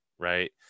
right